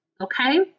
okay